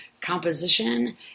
composition